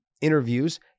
interviews